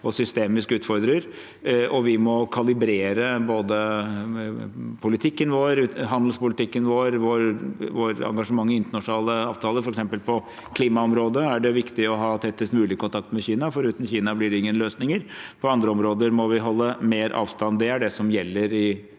og systemisk utfordrer. Vi må kalibrere politikken vår, handelspolitikken vår og vårt engasjement i internasjonale avtaler. For eksempel på klimaområdet er det viktig å ha tettest mulig kontakt med Kina, for uten Kina blir det ingen løsninger. På andre områder må vi holde mer avstand. Det er det som gjelder i